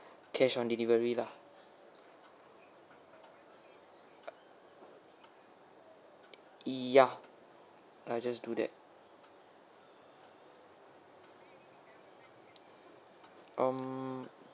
cash on delivery lah uh y~ yeah I'll just do that um